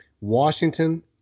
Washington